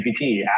GPT